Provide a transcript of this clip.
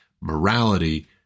morality